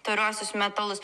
tauriuosius metalus